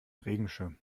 regenschirm